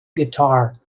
guitar